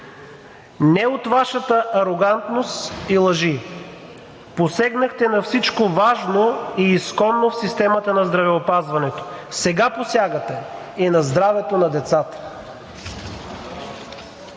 не от Вашата арогантност и лъжи. Посегнахте на всичко важно и изконно в системата на здравеопазването. Сега посягате и на здравето на децата.